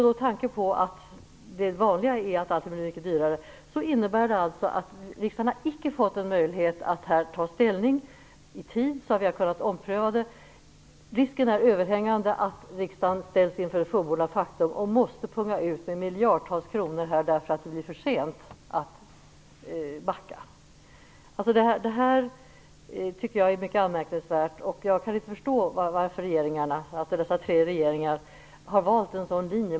Det vanliga är ju att allt blir mycket dyrare, men riksdagen har här icke fått en möjlighet att i tid ta ställning så att vi skulle kunna ompröva beslutet. Risken är överhängande att riksdagen ställs inför fullbordat faktum och måste punga ut med miljardtals kronor därför att det blir för sent att backa. Jag tycker att detta är mycket anmärkningsvärt, och jag kan inte förstå varför regeringarna, dessa tre regeringar, har valt en sådan linje.